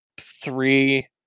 three